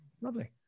Lovely